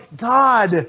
God